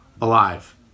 alive